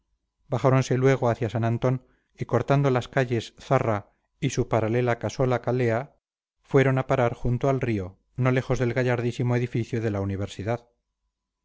loca bajáronse luego hacia san antón y cortando las calles zarra y su paralelaikasola kalea fueron a parar junto al río no lejos del gallardísimo edificio de la universidad